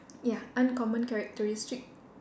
ya uncommon characteristic